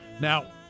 Now